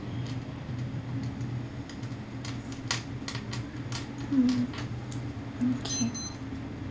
mm okay